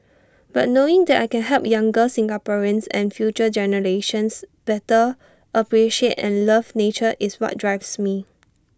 but knowing that I can help younger Singaporeans and future generations better appreciate and love nature is what drives me